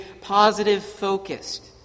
positive-focused